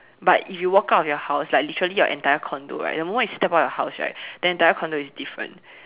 but you walk out of your house like literally your entire condo right the moment you step out of your house right the entire condo is different